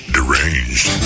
Deranged